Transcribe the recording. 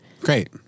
Great